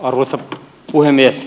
arvoisa puhemies